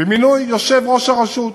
במינוי יושב-ראש הרשות.